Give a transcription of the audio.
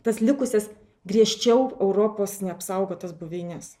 tas likusias griežčiau europos neapsaugotas buveines